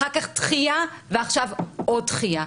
אחר-כך דחייה ועכשיו עוד דחייה.